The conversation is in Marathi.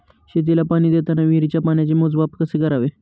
शेतीला पाणी देताना विहिरीच्या पाण्याचे मोजमाप कसे करावे?